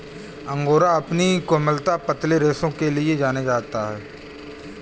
angora अपनी कोमलता, पतले रेशों के लिए जाना जाता है